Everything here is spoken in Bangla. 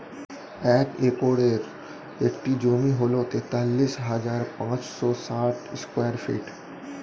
এক একরের একটি জমি হল তেতাল্লিশ হাজার পাঁচশ ষাট স্কয়ার ফিট